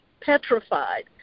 petrified